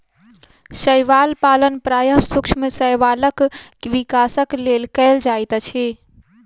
शैवाल पालन प्रायः सूक्ष्म शैवालक विकासक लेल कयल जाइत अछि